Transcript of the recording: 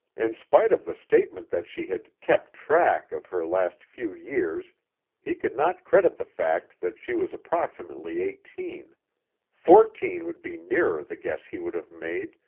in spite of the statement that she had kept track of her last few years he could not credit the fact that she was approximately eighteen fourteen would be nearer the guess he would have made,